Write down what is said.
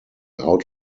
out